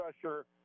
pressure